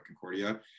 Concordia